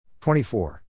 24